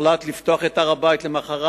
הוחלט לפתוח את הר-הבית למחרת,